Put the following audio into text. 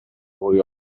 fwy